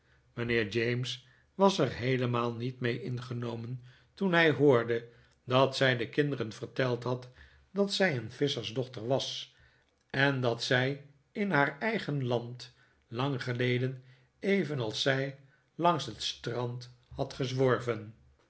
mijnheer james was er heelemaal niet mee ingenomen toen hij hoorde dat zij de kinderen verteld had dat zij een visschersdochter was en dat zij in haar eigen land lang geleden evenals zij langs het strand had